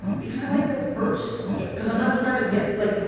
because i like them first. yeah cause i'm not trying to get like.